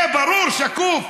זה ברור, שקוף.